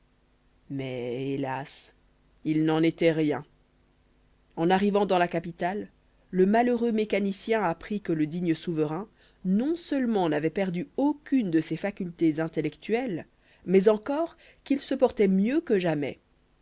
mais hélas il n'en était rien en arrivant dans la capitale le malheureux mécanicien apprit que le digne souverain non-seulement n'avait perdu aucune de ses facultés intellectuelles mais encore qu'il se portait mieux que jamais